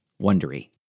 wondery